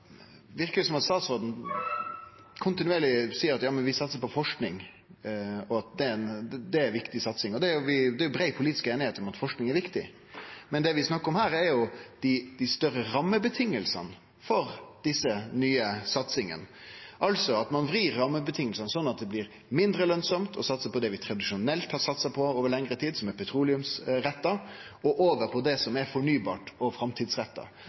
som at statsråden kontinuerleg seier: Ja, men vi satsar på forsking – at det er ei viktig satsing. Det er brei politisk einigheit om at forsking er viktig, men det vi snakkar om her, er større rammevilkår for desse nye satsingane – at ein vrir rammevilkåra slik at det blir mindre lønsamt å satse på det vi tradisjonelt har satsa på over lengre tid, som er petroleumsretta, og over på det som er fornybart og framtidsretta.